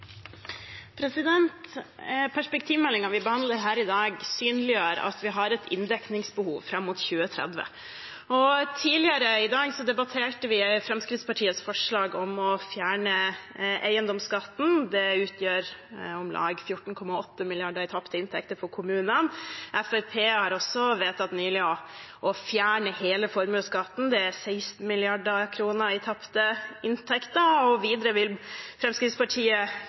vi behandler her i dag, synliggjør at vi har et inndekningsbehov fram mot 2030. Tidligere i dag debatterte vi Fremskrittspartiets forslag om å fjerne eiendomsskatten. Det utgjør om lag 14,8 mrd. kr i tapte inntekter for kommunene. Fremskrittspartiet har også nylig vedtatt å fjerne hele formuesskatten. Det er 16 mrd. kr i tapte inntekter. Videre vil Fremskrittspartiet